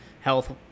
Health